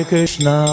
Krishna